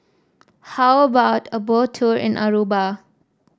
how about a Boat Tour in Aruba